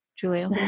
Julia